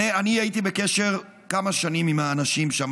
אני הייתי בקשר כמה שנים עם האנשים שם,